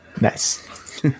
Nice